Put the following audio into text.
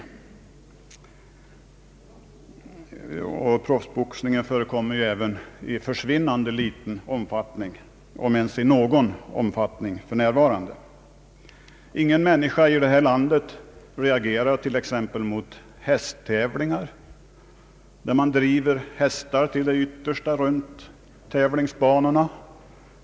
Beaktas bör även att proffsboxning förekommer i försvinnande liten omfattning, om ens i någon omfattning alls för närvarande. Ingen människa i det här landet reagerar mot t.ex. hästtävlingar, där man driver hästar till det yttersta runt tävlingsbanorna.